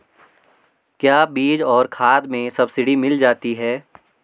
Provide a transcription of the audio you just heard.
क्या बीज और खाद में सब्सिडी मिल जाती है?